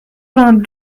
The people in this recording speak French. vingt